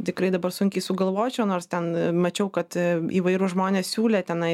tikrai dabar sunkiai sugalvočiau nors ten mačiau kad įvairūs žmonės siūlė tenai